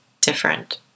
different